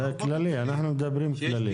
אנחנו מדברים כללי.